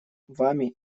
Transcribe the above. вами